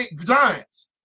giants